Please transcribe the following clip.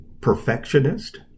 perfectionist